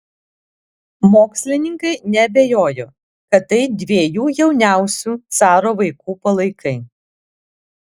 mokslininkai neabejojo kad tai dviejų jauniausių caro vaikų palaikai